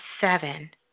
seven